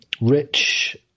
Rich